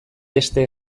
beste